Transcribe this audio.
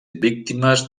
víctimes